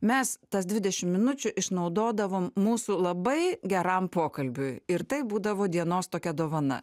mes tas dvidešimt minučių išnaudodavom mūsų labai geram pokalbiui ir tai būdavo dienos tokia dovana